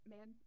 Man